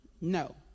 no